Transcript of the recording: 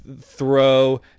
throw